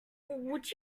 would